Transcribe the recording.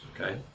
okay